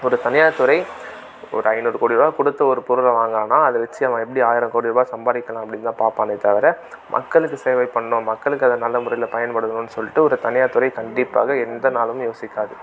ஒரு தனியார் துறை ஒரு ஐந்நூறு கோடி ரரூவா கொடுத்து ஒரு பொருளை வாங்குகிறானா அதைவச்சு அவன் எப்படி ஆயிரங்கோடி ருபாய் சம்பாதிக்கலாம் அப்படின்தான் பார்ப்பானே தவிர மக்களுக்கு சேவை பண்ணோம் மக்களுக்கு அதை நல்ல முறையில் பயன்படுதுனு சொல்லிட்டு ஒரு தனியார்துறை கண்டிப்பாக எந்த நாளும் யோசிக்காது